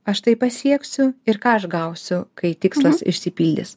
aš tai pasieksiu ir ką aš gausiu kai tikslas išsipildys